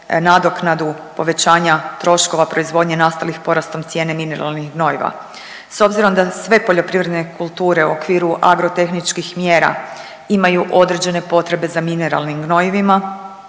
nadoknadu povećanja troškova proizvodnje nastalih porastom cijene mineralnih gnojiva. S obzirom da sve poljoprivredne kulture u okviru agrotehničkih mjera imaju određene potrebe za mineralnim gnojivima,